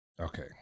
Okay